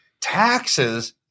taxes